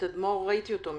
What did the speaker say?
בוקר טוב.